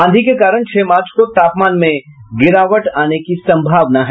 आंधी के कारण छह मार्च को तापमान में गिरावट आने की संभावना है